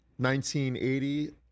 1980